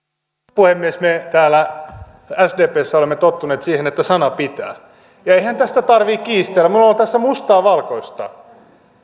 puhemies me täällä sdpssä olemme tottuneet siihen että sana pitää eihän tästä tarvitse kiistellä minulla on tässä mustaa valkoisella